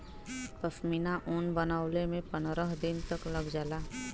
पश्मीना ऊन बनवले में पनरह दिन तक लग जाला